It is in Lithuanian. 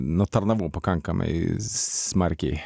nu tarnavau pakankamai smarkiai